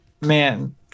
man